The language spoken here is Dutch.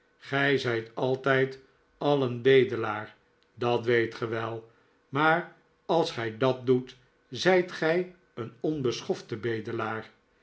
gij zijt altijd al een bedelaar dat weet ge wel maar als gij dat doet zijt gij een onbeschofte bedelaar